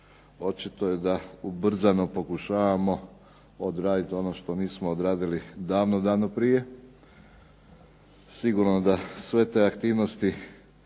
očito je da ubrzano pokušavamo odraditi ono što nismo odradili davno prije. Sigurno da sve te aktivnosti